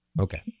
Okay